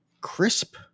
crisp